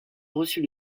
reçut